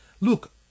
Look